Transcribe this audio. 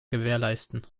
gewährleisten